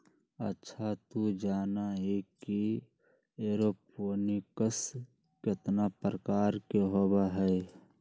अच्छा तू जाना ही कि एरोपोनिक्स कितना प्रकार के होबा हई?